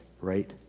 right